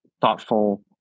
thoughtful